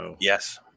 Yes